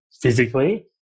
physically